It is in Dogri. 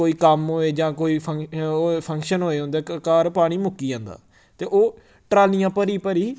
कोई कम्म होए जां कोई फं ओ फंक्शन होए उं'दे क घर पानी मुक्की जंदा ते ओ ट्रालियां भरी भरी